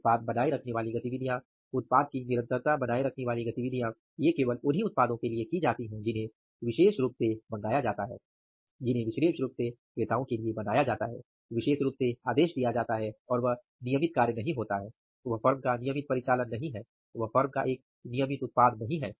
उत्पाद बनाए रखने वाली गतिविधियाँ केवल उन्हीं उत्पादों के लिए की जाती हैं जिन्हें विशेष रूप से मंगाया जाता है जिन्हें विशेष रूप से बनाया जाता है विशेष रूप से आदेश दिया जाता है और वह नियमित कार्य नहीं होता है वह फर्म का नियमित परिचालन नहीं है वह फर्म का एक नियमित उत्पाद नहीं है